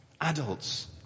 Adults